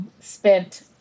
spent